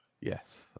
Yes